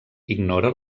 ignora